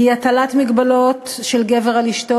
היא הטלת מגבלות של גבר על אשתו,